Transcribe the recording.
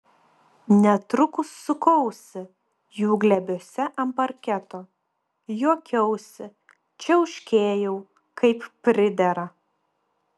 netrukus sukausi jų glėbiuose ant parketo juokiausi čiauškėjau kaip pridera